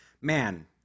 man